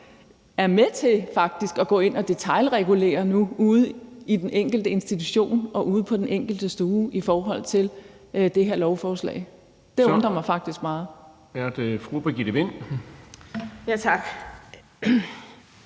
er med til at gå ind og detailregulere ude i den enkelte institution og ude på den enkelte stue med det her lovforslag. Det undrer mig faktisk meget.